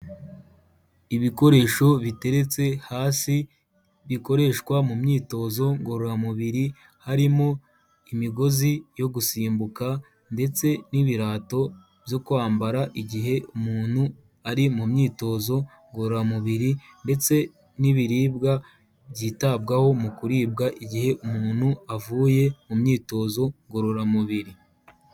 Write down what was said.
Ibikoresho biteretse hasi bikoreshwa mu myitozo ngororamubiri, harimo imigozi yo gusimbuka ndetse n'ibirato byo kwambara igihe umuntu ari mu myitozo ngororamubiri ndetse n'ibiribwa byitabwaho mu kuribwa igihe umuntu avuye mu myitozo ngororamubiri.